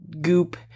goop